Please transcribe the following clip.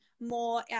more